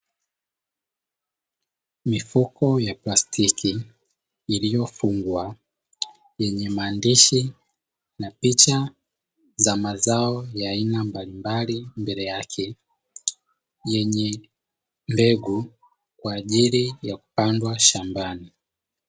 Mifuko ya plastiki iliyofungwa yenye maandishi na picha za mazao ya aina mbalimbali mbele yake, yenye mbegu kwa ajili ya kupandwa shambani.